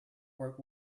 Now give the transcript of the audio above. work